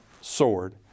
sword